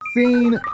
Scene